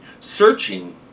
searching